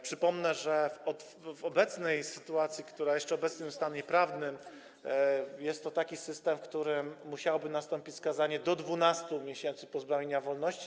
Przypomnę, że w obecnej sytuacji, jeszcze w obecnym stanie prawnym jest to taki system, w którym musiałoby nastąpić skazanie do 12 miesięcy pozbawienia wolności.